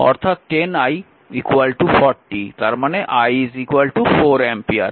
অর্থাৎ 10 i 40 তার মানে i 4 অ্যাম্পিয়ার